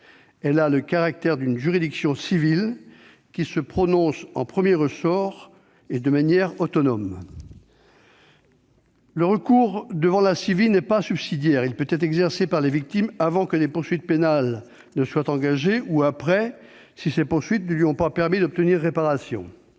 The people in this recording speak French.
Elle a le caractère d'une juridiction civile, qui se prononce en premier ressort et de manière autonome. Le recours devant la CIVI n'est pas subsidiaire ; il peut être exercé par les victimes avant que des poursuites pénales ne soient engagées, ou après, si ces poursuites ne lui ont pas permis d'obtenir réparation.